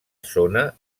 zona